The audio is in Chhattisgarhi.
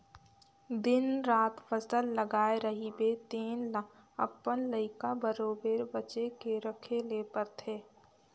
दिन रात फसल लगाए रहिबे तेन ल अपन लइका बरोबेर बचे के रखे ले परथे